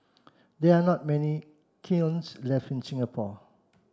there are not many kilns left in Singapore